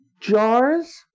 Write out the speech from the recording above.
jars